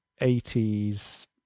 80s